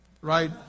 Right